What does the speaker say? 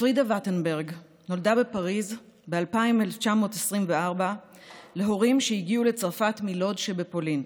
פרידה וטנברג נולדה בפריז ב-1924 להורים שהגיעו לצרפת מלודז' שבפולין.